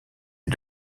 est